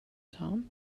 tom